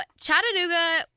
Chattanooga